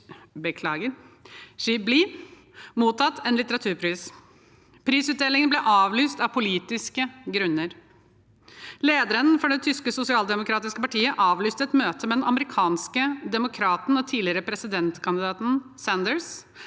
Shibli ha mottatt en litteraturpris. Prisutdelingen ble avlyst av politiske grunner. Lederen for det tyske sosialdemokratiske partiet avlyste et møte med den amerikanske demokraten og tidligere presidentkandidaten Sanders,